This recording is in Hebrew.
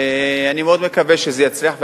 ואני מאוד מקווה שזה יצליח,